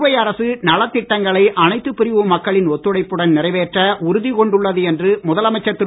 புதுவை அரசு நலத்திட்டங்களை அனைத்து பிரிவு மக்களின் ஒத்துழைப்புடன் நிறைவேற்ற உறுதிகொண்டுள்ளது என்று முதலைமைச்சர் திரு